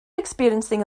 experiencing